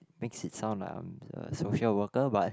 makes it sound like I'm a social worker but